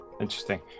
interesting